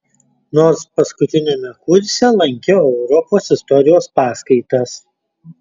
nors paskutiniame kurse lankiau europos istorijos paskaitas